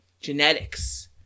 genetics